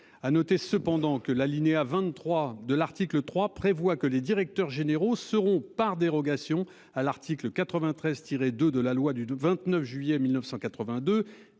À noter cependant que l'alinéa 23 de l'article 3 prévoit que les directeurs généraux seront par dérogation à l'article 93 tiré de de la loi du 29 juillet 1982,